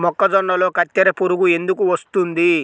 మొక్కజొన్నలో కత్తెర పురుగు ఎందుకు వస్తుంది?